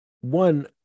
One